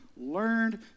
learned